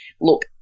look